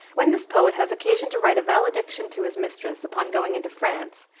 when this poet has occasion to write a valediction to his mistress upon going into france,